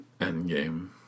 Endgame